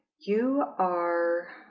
you are